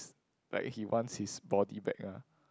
like he wants his body back ah